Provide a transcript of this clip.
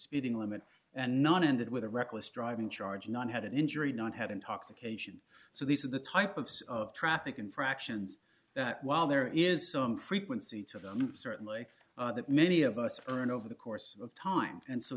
speeding limit and not ended with a reckless driving charge none had an injury not had intoxication so these are the type of sort of traffic infractions that while there is some frequency to them certainly that many of us earn over the course of time and so